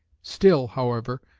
still, however,